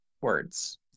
words